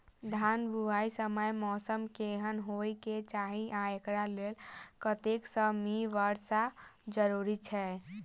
धान बुआई समय मौसम केहन होइ केँ चाहि आ एकरा लेल कतेक सँ मी वर्षा जरूरी छै?